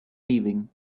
leaving